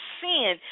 sin